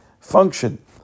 function